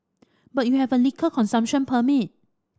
but you have a liquor consumption permit